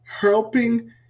helping